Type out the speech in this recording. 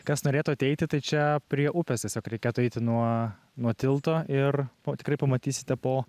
kas norėtų ateiti tai čia prie upės tiesiog reikėtų eiti nuo nuo tilto ir po tikrai pamatysite po